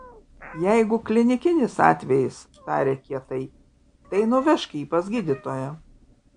jeigu klinikinis atvejis tarė kietai tai nuvežk jį pas gydytoją